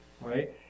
right